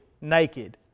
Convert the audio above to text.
naked